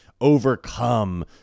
overcome